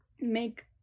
make